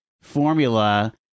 formula